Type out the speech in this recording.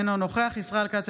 אינו נוכח ישראל כץ,